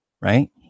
right